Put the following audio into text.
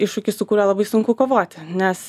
iššūkis su kuriuo labai sunku kovoti nes